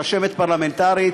רשמת פרלמנטרית,